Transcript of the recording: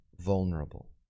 vulnerable